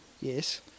Yes